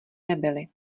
nebyly